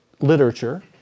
literature